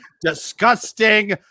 disgusting